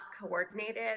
coordinated